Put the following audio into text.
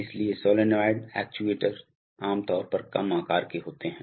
इसलिए solenoid actuator आमतौर पर कम आकार के होते हैं